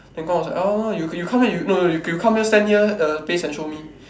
then Guang-Lu orh you you come here no no no you come here stand here err paste and show me